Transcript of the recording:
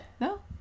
No